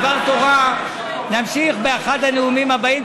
את דבר התורה נמשיך באחד הנאומים הבאים.